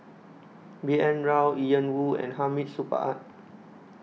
B N Rao Ian Woo and Hamid Supaat